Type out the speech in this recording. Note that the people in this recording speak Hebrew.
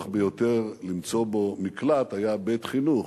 ביותר למצוא בו מקלט היה "בית-חינוך",